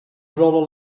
roll